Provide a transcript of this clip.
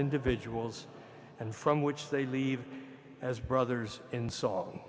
individuals and from which they leave as brothers in salt